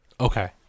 Okay